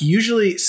usually